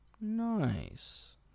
nice